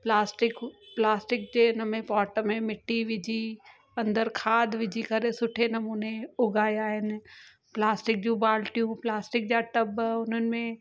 plastic plastic जे इनमें pot में मिटी विझी अंदरु खाद विझी करे सुठे नमूने उगाया आहिनि प्लास्टिक जूं बाल्टियूं प्लास्टिक जा टब उन्हनि में